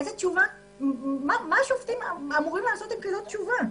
מה השופטים אמורים לעשות עם כזו תשובה?